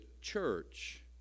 church